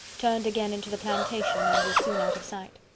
turned again into the plantation, and was soon out of sight.